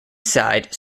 side